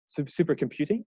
supercomputing